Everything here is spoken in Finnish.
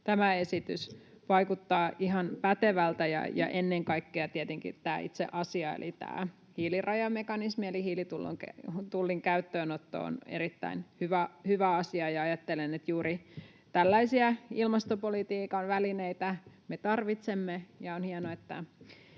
tämä esitys vaikuttaa ihan pätevältä. Ennen kaikkea tietenkin tämä itse asia, eli tämä hiilirajamekanismi eli hiilitullin käyttöönotto, on erittäin hyvä asia. Ajattelen, että juuri tällaisia ilmastopolitiikan välineitä me tarvitsemme ja on hienoa, että